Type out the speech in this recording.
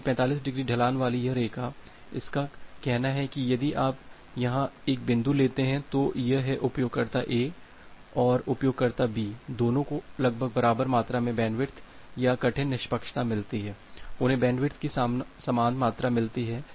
क्योंकि 45 डिग्री ढलान वाली यह रेखा इसका कहना है कि यदि आप यहां एक बिंदु लेते हैं तो यह है कि उपयोगकर्ता a और उपयोगकर्ता b दोनों को लगभग बराबर मात्रा में बैंडविड्थ या कठिन निष्पक्षता मिलती है उन्हें बैंडविड्थ की समान मात्रा मिलती है